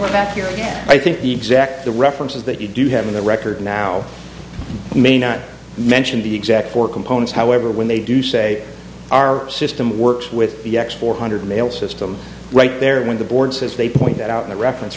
we're back here again i think the exact the references that you do have in the record now may not mention the exact four components however when they do say our system works with the x four hundred mail system right there when the board says they point that out in the reference